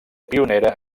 pionera